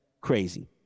Crazy